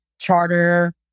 charter